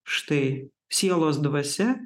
štai sielos dvasia